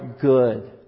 good